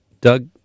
Doug